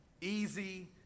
easy